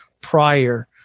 prior